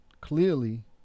clearly